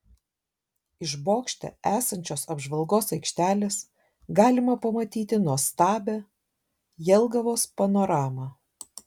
iš bokšte esančios apžvalgos aikštelės galima pamatyti nuostabią jelgavos panoramą